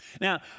Now